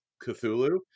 Cthulhu